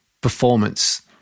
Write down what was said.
performance